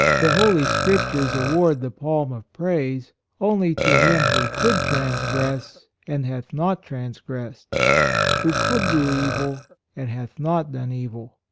the holy scriptures award the palm of praise only to him who could trans gress and hath not transgressed who could do evil and hath not done evil.